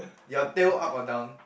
your tail up or down